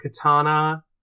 Katana